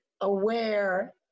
aware